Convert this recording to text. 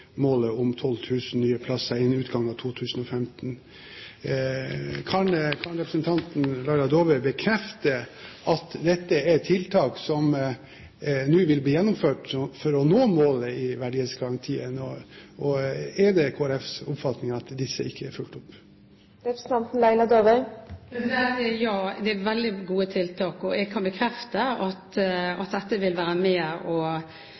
målet om 12 000 nye plasser innen utgangen av 2015. Kan representanten Laila Dåvøy bekrefte at dette er tiltak som nå vil bli gjennomført for å nå målet i verdighetsgarantien, og er det Kristelig Folkepartis oppfatning at dette ikke er fulgt opp? Ja, det er veldig gode tiltak. Jeg kan bekrefte at dette vil være med